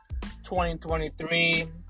2023